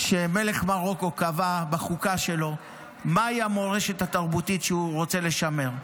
שמלך מרוקו קבע בחוקה שלו מהי המורשת התרבותית שהוא רוצה לשמר.